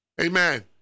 Amen